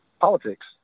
politics